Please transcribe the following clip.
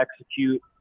execute